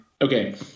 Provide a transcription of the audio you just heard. Okay